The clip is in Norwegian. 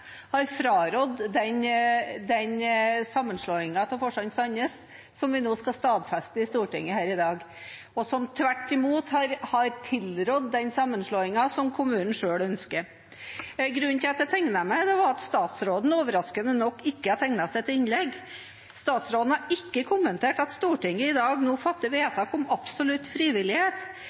har tilrådet den sammenslåingen som kommunen selv ønsker. Grunnen til at jeg tegnet meg til innlegg, var at statsråden overraskende nok ikke har tegnet seg til innlegg. Statsråden har ikke kommentert at Stortinget i dag kommer til å fatte vedtak om absolutt frivillighet,